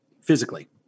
physically